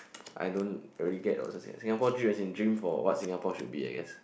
I don't really get what's a Singapore dream as in dream for what Singapore should be I guess